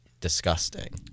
disgusting